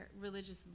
religious